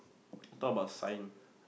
talk about sign